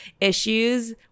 issues